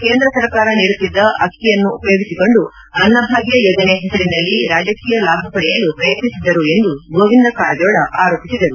ಕೇಂದ್ರ ಸರ್ಕಾರ ನೀಡುತ್ತಿದ್ದ ಅಕ್ಕಿಯನ್ನು ಉಪಯೋಗಿಸಿಕೊಂಡು ಅನ್ನಭಾಗ್ಯ ಯೋಜನೆ ಹೆಸರಿನಲ್ಲಿ ರಾಜಕೀಯ ಲಾಭ ಪಡೆಯಲು ಪ್ರಯತ್ನಿಸಿದ್ದರು ಎಂದು ಗೋವಿಂದ ಕಾರಜೋಳ ಆರೋಪಿಸಿದರು